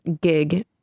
gig